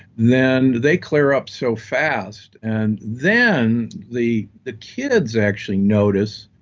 then they clear up so fast, and then the the kids actually notice,